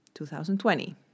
2020